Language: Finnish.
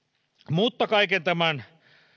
mutta kaiken tämän